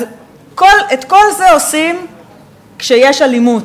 אז את כל זה עושים כשיש אלימות,